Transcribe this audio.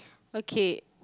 okay